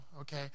Okay